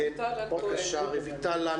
בבקשה, רויטל לן